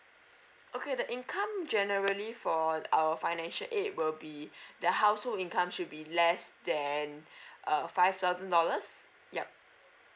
okay the income generally for our financial aid will be the household income should be less than uh five thousand dollars yup